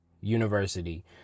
University